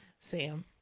Sam